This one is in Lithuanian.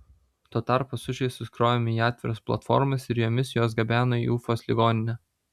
tuo tarpu sužeistus krovėme į atviras platformas ir jomis juos gabeno į ufos ligoninę